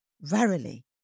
Verily